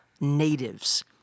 natives